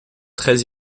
très